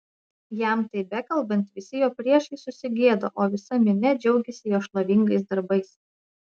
jam tai bekalbant visi jo priešai susigėdo o visa minia džiaugėsi jo šlovingais darbais